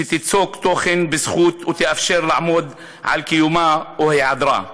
שתיצוק תוכן בזכות ותאפשר לעמוד על קיומה או היעדרה.